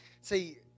See